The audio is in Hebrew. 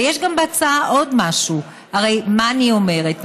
ויש בהצעה עוד משהו: הרי מה אני אומרת?